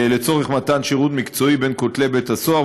לצורך מתן שירות מקצועי בין כותלי בית-הסוהר,